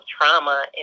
trauma